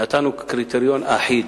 ונתנו קריטריון אחיד,